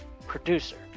producer